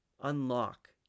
unlock